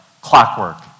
clockwork